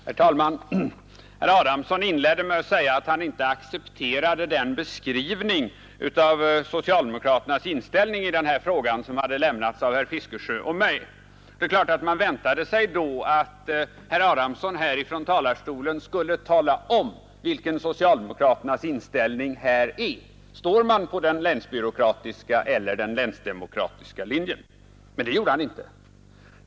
Herr talman! Herr Adamsson inledde med att säga att han inte accepterade den beskrivning av socialdemokraternas inställning i den här frågan som hade lämnats av herr Fiskesjö och mig. Det är klart att man då väntade sig att herr Adamsson från talarstolen skulle tala om, vilken socialdemokraternas inställning är. Står man på den länsbyråkratiska eller den länsdemokratiska linjen? Men detta talade herr Adamsson inte om.